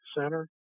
center